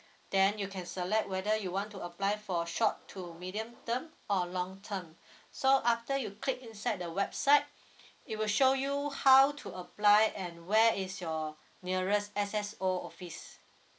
then you can select whether you want to apply for short to medium term or long term so after you click inside the website it will show you how to apply and where is your nearest S_S_O office